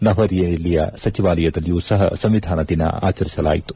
ನವದೆಹಲಿಯ ಸಚಿವಾಲಯದಲ್ಲಿಯೂ ಸಹ ಸಂವಿಧಾನ ದಿನ ಆಚರಿಸಲಾಯಿತು